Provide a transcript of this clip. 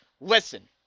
Listen